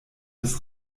des